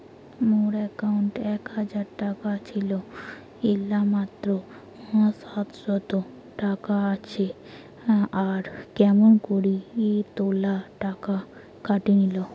মোর একাউন্টত এক হাজার টাকা ছিল এলা মাত্র সাতশত টাকা আসে আর কেমন করি এতলা টাকা কাটি নিল?